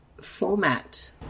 format